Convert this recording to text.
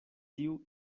tiu